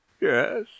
yes